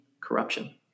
corruption